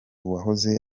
wahoze